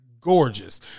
gorgeous